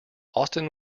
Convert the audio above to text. austin